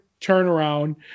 turnaround